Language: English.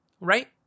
Right